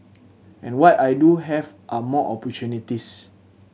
and what I do have are more opportunities